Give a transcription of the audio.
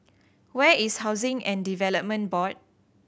where is Housing and Development Board